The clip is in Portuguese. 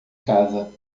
casa